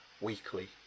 weekly